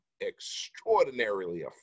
extraordinarily